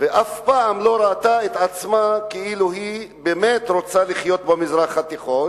היא אף פעם לא ראתה את עצמה כאילו היא באמת רוצה לחיות במזרח התיכון,